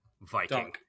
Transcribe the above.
Viking